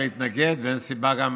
ואין סיבה גם